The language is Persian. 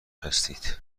هستید